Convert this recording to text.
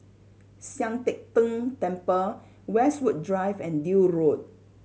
Sian Teck Tng Temple Westwood Drive and Deal Road